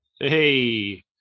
Hey